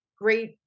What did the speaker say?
great